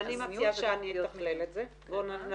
אנחנו צריכים לפעול בשיתופי פעולה ולכל